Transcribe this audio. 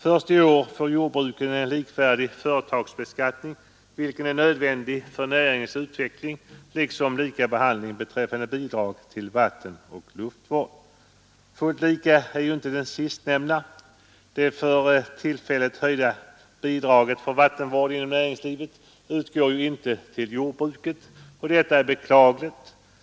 Först i år får jordbruket en likvärdig företagsbeskattning, vilken är nödvändig för näringens utveckling, samt lika behandling beträffande bidrag till vattenoch luftvård. Fullt likvärdigt är inte det sistnämnda. Det för tillfället höjda bidraget för vattenvård inom näringslivet utgår inte till jordbruket. Detta är beklagligt.